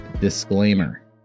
disclaimer